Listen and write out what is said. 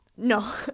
no